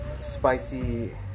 spicy